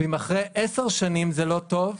ואם אחרי 10 שנים זה לא טוב,